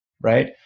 right